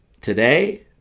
Today